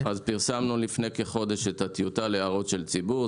פרסמנו לפני כחודש את הטיוטה להערות ציבור.